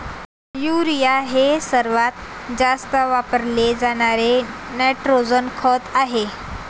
urea हे सर्वात जास्त वापरले जाणारे नायट्रोजन खत आहे